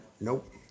Nope